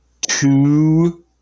two